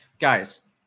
Guys